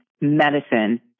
medicine